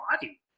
body